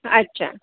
अच्छा